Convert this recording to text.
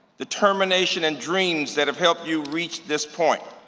determination and dreams that have helped you reach this point.